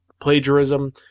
Plagiarism